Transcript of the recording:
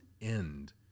end